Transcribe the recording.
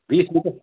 बीस खूब है